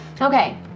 okay